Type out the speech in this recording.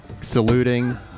Saluting